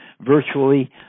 virtually